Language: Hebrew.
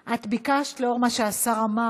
את ביקשת, לאור מה שהשר אמר,